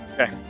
Okay